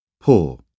Poor